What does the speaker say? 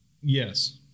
Yes